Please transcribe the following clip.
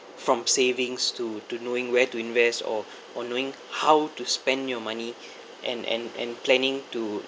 from savings to to knowing where to invest or or knowing how to spend your money and and and planning to